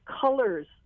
colors